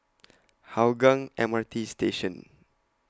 Hougang M R T Station